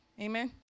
Amen